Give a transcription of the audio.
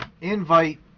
invite